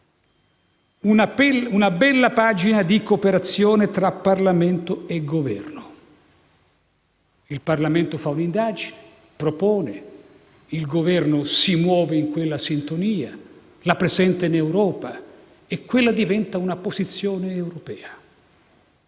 una bella pagina di cooperazione tra Parlamento e Governo. Il Parlamento fa un'indagine e propone; il Governo si muove in sintonia e la presenta in Europa, diventando così quella una posizione europea.